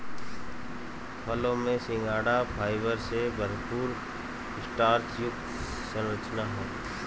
फलों में सिंघाड़ा फाइबर से भरपूर स्टार्च युक्त संरचना है